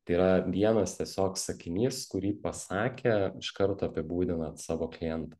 tai yra vienas tiesiog sakinys kurį pasakę iš karto apibūdinat savo klientą